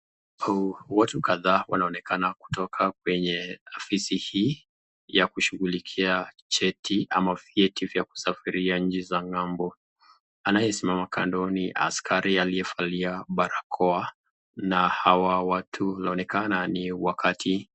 Watu kadhaa wanaonekana kutoka kwenye ofisi hii ya kushughulikia cheti ama vyeti vya kusafiria nchi za ngambo, anayesimama kando ni askari aliyevalia barakoa na hawa watu wanaonekana ni wakati.